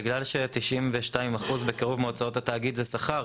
אבל בגלל ש-92% בקירוב מהוצאות התאגיד זה שכר,